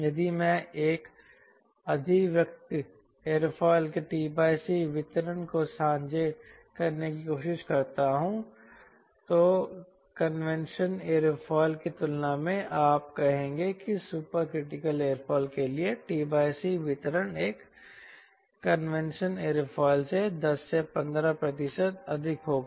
यदि मैं एक अधिवृक्क एयरोफिल के t c वितरण को साझा करने की कोशिश करता हूं तो कन्वेंशन एयरोफिल की तुलना में आप कहेंगे कि सुपर क्रिटिकल एयरोफिल के लिए t c वितरण एक कन्वेंशन एयरोफिल से 10 से 15 प्रतिशत अधिक होगा